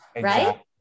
Right